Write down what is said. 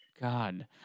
God